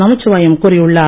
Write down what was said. நமச்சிவாயம் கூறியுள்ளார்